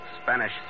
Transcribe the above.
Spanish